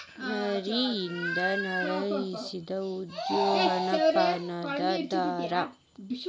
ನಾರಿನಿಂದ ತಯಾರಿಸಿದ ಉದ್ದನೆಯ ದಪ್ಪನ ದಾರಾ